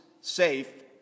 safe